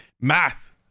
math